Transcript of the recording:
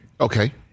Okay